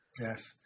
Yes